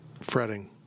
fretting